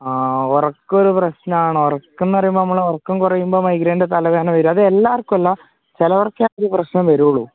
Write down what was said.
ആ ഉറക്കം ഒരു പ്രശ്നം ആണ് ഉറക്ക് എന്ന് പറയുമ്പോൾ നമ്മൾ ഉറക്കം കുറയുമ്പോൾ മൈഗ്രേൻ്റെ തലവേദന വരും അത് എല്ലാവർക്കും അല്ല ചിലർക്കെ അതിൻ്റെ പ്രശ്നം വരുള്ളൂ